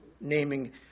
naming